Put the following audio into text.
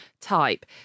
type